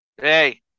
Hey